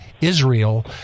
Israel